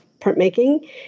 printmaking